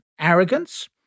arrogance